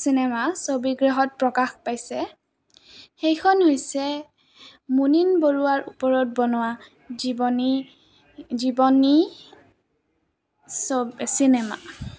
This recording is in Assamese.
চিনেমা ছবিগৃহত প্ৰকাশ পাইছে সেইখন হৈছে মুনীন বৰুৱাৰ ওপৰত বনোৱা জীৱনী জীৱনী চিনেমা